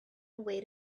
away